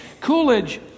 Coolidge